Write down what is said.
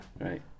Right